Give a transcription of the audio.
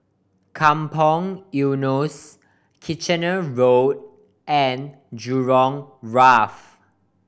Kampong Eunos Kitchener Road and Jurong Wharf